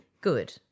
Good